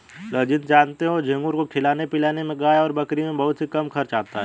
रंजीत जानते हो झींगुर को खिलाने पिलाने में गाय और बकरी से बहुत ही कम खर्च होता है